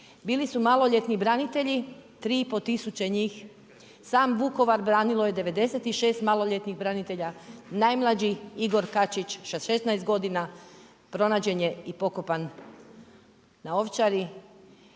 Bili su maloljetni branitelji 3,5 tisuće, sam Vukovar branilo je 96 maloljetnih branitelja, najmlađi Igor Kačić sa 16 godina pronađen je pokopan na Ovčari